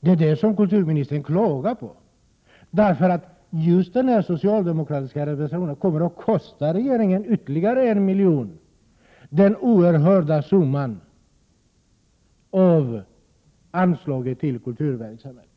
Det är det som kulturministern klagar på, eftersom just den här socialdemokratiska reservationen kommer att kosta regeringen ytterligare 1 milj.kr., en oerhörd summa av anslaget till kulturverksamhet.